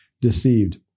deceived